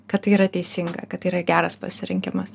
kad tai yra teisinga kad tai yra geras pasirinkimas